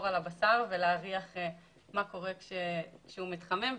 על הבשר ולהריח מה קורה כשהוא מתחמם,